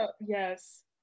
Yes